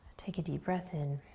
take a deep breath in.